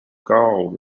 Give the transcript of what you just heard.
gold